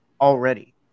already